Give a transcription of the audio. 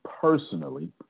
personally